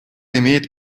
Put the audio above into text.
имеет